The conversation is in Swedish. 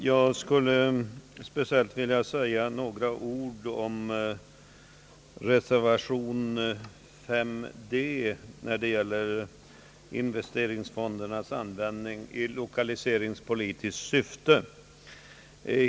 Herr talman! Jag skall be att få säga några ord om reservation 6, som gäller investeringsfondernas användning i lokaliseringspolitiskt syfte.